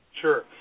Sure